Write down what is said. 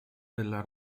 della